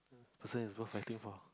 person is worth fighting for